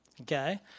Okay